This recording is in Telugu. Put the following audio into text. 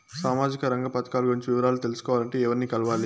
సామాజిక రంగ పథకాలు గురించి వివరాలు తెలుసుకోవాలంటే ఎవర్ని కలవాలి?